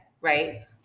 Right